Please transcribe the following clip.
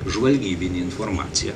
žvalgybinė informacija